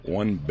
one